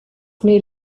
may